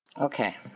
Okay